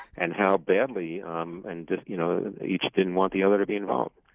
and how badly um and you know each didn't want the other to be involved.